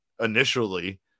initially